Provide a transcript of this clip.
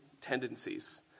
tendencies